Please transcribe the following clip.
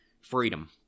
Freedom